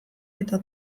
eta